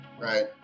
right